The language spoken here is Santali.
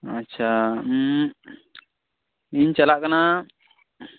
ᱟᱪᱪᱷᱟ ᱦᱩᱸᱢ ᱤᱧ ᱪᱟᱞᱟᱜ ᱠᱟᱱᱟ